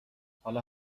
حالا